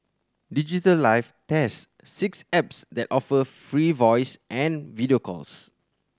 Digital Life test six apps that offer free voice and video calls